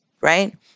right